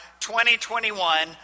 2021